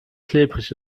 klebrig